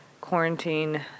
quarantine